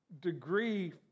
degree